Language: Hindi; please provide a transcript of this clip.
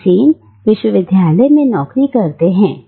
श्री सेन विश्वविद्यालय में नौकरी करते हैं